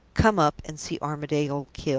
come up and see armadale killed!